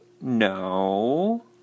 No